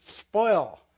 spoil